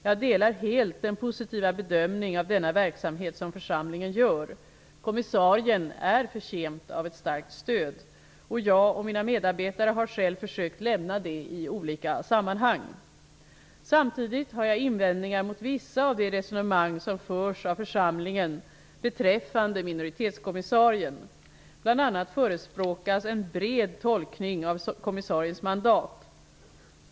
Jag delar helt den positiva bedömning av denna verksamhet som församlingen gör. Kommissarien är förtjänt av ett starkt stöd. Jag och mina medarbetare har själva försökt lämna det i olika sammanhang. Samtidigt har jag invändningar mot vissa av de resonemang som förs av församlingen beträffande minoritetskommissarien. Bl.a. förespråkas en bred tolkning av kommissariens mandat.